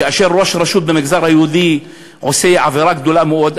כאשר ראש רשות במגזר היהודי עושה עבירה גדולה מאוד,